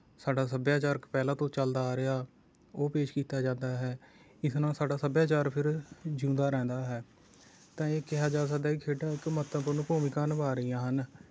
ਸਾਡਾ ਸੱਭਿਆਚਾਰਕ ਪਹਿਲਾਂ ਤੋਂ ਚੱਲਦਾ ਆ ਰਿਹਾ ਉਹ ਪੇਸ਼ ਕੀਤਾ ਜਾਂਦਾ ਹੈ ਇਸ ਨਾਲ ਸਾਡਾ ਸੱਭਿਆਚਾਰ ਫਿਰ ਜਿਊਂਦਾ ਰਹਿੰਦਾ ਹੈ ਤਾਂ ਇਹ ਕਿਹਾ ਜਾ ਸਕਦਾ ਹੈ ਖੇਡਾਂ ਇੱਕ ਮਹੱਤਵਪੂਰਨ ਭੂਮਿਕਾ ਨਿਭਾ ਰਹੀਆਂ ਹਨ